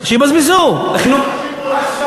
הכול יבזבזו, הכול יבזבזו, שיבזבזו.